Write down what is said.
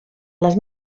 les